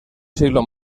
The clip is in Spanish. siglo